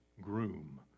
groom